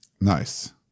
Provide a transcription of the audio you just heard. Nice